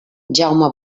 jaume